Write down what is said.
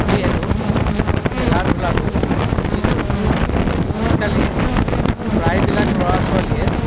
সেয়েহেতু খেলা ধূলাটো অতি জৰুৰী আজিকালি প্ৰায়বিলাক ল'ৰা ছোৱালীয়ে